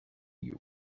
you